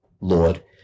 lord